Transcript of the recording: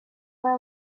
for